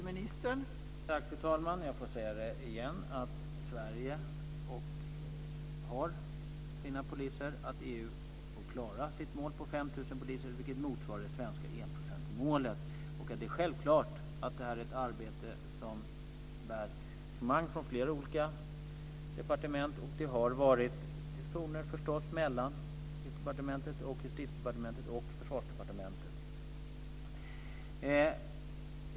Fru talman! Jag får säga det igen: Sverige har sina poliser. EU kommer att klara sitt mål på 5 000 poliser, vilket motsvarar det svenska enprocentsmålet. Självklart är detta ett arbete som innebär engagemang från flera olika departement. Det har förts diskussioner mellan Utrikesdepartementet, Justitiedepartementet och Försvarsdepartementet.